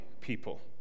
people